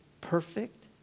perfect